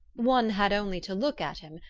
one had only to look at him,